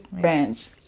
brands